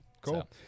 Cool